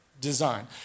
design